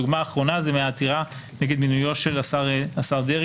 הדוגמה האחרונה זה מהעתירה נגד מינויו של השר דרעי,